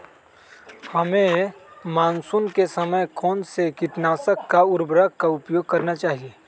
हमें मानसून के समय कौन से किटनाशक या उर्वरक का उपयोग करना चाहिए?